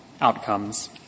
outcomes